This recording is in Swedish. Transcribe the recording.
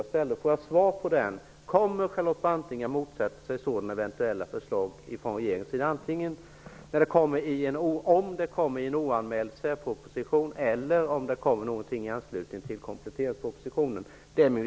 Jag efterlyser alltså svar på frågan: Kommer Charlotte Branting att motsätta sig eventuella förslag från regeringens sida i det här avseendet -- oavsett om de läggs fram i en oanmäld särproposition eller i anslutning till kompletteringspropositionen?